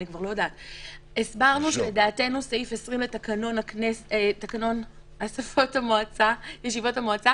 הסברנו שלדעתנו סעיף 20 לתקנון ישיבות המועצה